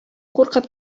куркып